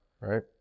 Right